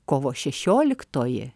kovo šešioliktoji